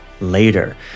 later